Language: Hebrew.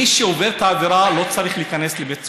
מי שעובר את העבירה לא צריך להיכנס לבית סוהר.